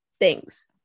thanks